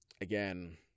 again